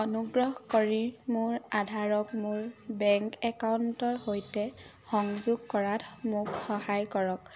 অনুগ্ৰহ কৰি মোৰ আধাৰক মোৰ বেংক একাউণ্টৰ সৈতে সংযোগ কৰাত মোক সহায় কৰক